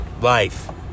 Life